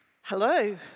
Hello